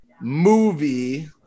movie